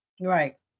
right